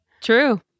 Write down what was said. True